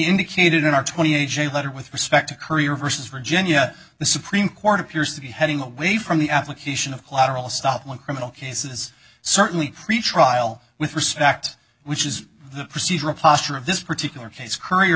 indicated in our twenty a j letter with respect to courier versus virginia the supreme court appears to be heading away from the application of collateral estoppel in criminal cases certainly the trial with respect which is the procedural posture of this particular case c